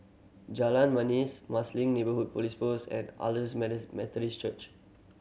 Jalan Manis Marsiling Neighbourhood Police Post and Church